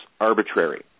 arbitrary